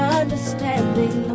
understanding